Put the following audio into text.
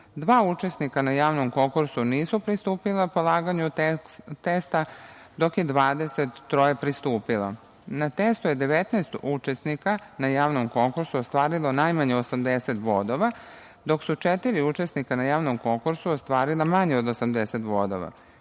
učesnika na javnom konkursu nisu pristupila polaganju testa, dok je 23 pristupilo. Na testu je 19 učesnika na javnom konkursu ostvarilo najmanje 80 bodova, dok su četiri učesnika na javnom konkursu ostvarila manje od 80 bodova.